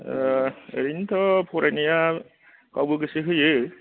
ओरैनो थ' फरायनाया गावबो गोसो होयो